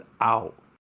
out